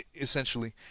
essentially